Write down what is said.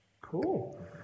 cool